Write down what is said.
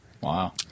Wow